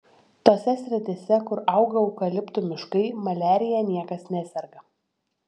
tose srityse kur auga eukaliptų miškai maliarija niekas neserga